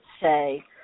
say